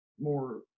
more